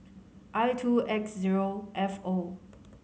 I two X zero F O